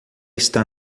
está